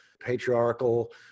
patriarchal